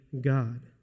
God